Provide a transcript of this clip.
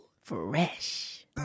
fresh